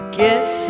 guess